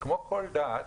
וכמו כל דת,